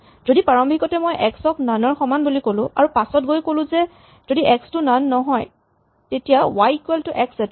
গতিকে প্ৰাৰম্ভিকতে মই এক্স ক নন ৰ সমান বুলি ক'লো আৰু পাছত গৈ ক'লো যে যদি এক্স টো নন নহয় তেতিয়া y equal to x set কৰা